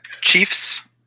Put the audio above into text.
Chiefs